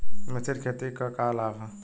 मिश्रित खेती क का लाभ ह?